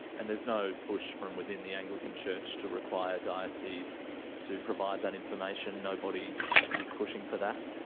and there's no push from within the anglican church to require dioceses to provide that information, nobody is pushing for that?